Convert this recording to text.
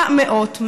מה מאות?